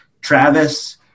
Travis